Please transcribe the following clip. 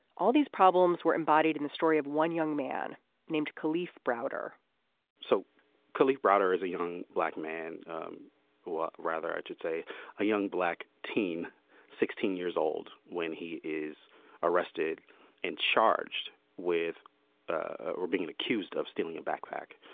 all these problems were embodied in the story of one young man named khalifa browder so kelly browder is a young black man who or rather i should say a young black teen sixteen years old when he is arrested and charged with ah being an accused of stealing a backpack.